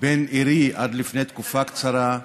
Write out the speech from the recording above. בן עירי עד לפני תקופה קצרה,